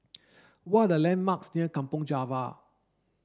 what are the landmarks near Kampong Java